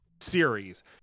series